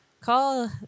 Call